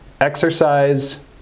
exercise